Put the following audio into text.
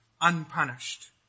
unpunished